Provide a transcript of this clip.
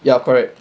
ya correct